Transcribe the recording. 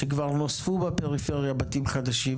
זה הביזיון שכבר נוספו בפריפריה בתים חדשים